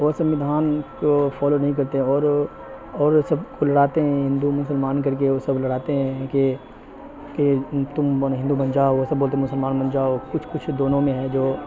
وہ سمودھان کو فالو نہیں کرتے اور اور وہ سب کو لڑاتے ہیں ہندو مسلمان کر کے وہ سب لڑاتے ہیں کہ کہ تم بنو ہندو بن جاؤ وہ سب بولتے ہیں مسلمان بن جاؤ کچھ کچھ دونوں میں ہے جو